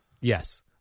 Yes